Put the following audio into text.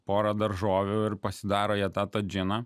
porą daržovių ir pasidaro jie tą tą džiną